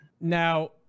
Now